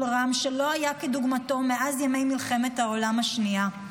רם שלא היה כדוגמתו מאז ימי מלחמת העולם השנייה.